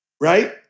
Right